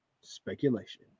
speculation